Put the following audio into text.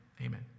Amen